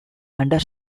under